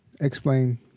explain